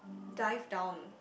dive down